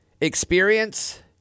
Experience